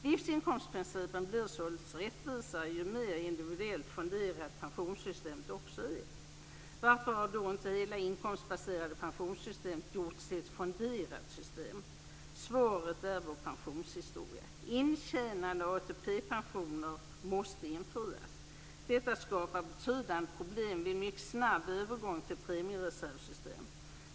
Livsinkomstprincipen blir således rättvisare ju mer individuellt fonderat pensionssystemet är. Varför har då inte hela det inkomstbaserade pensionssystemet gjorts till ett fonderat system? Svaret är vår pensionshistoria. Intjänade ATP pensioner måste infrias. Detta skapar betydande problem vid en mycket snabb övergång till premiereservssystem.